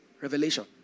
revelation